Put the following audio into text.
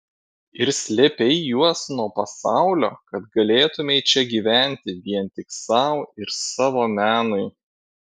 ir slėpei juos nuo pasaulio kad galėtumei čia gyventi vien tik sau ir savo menui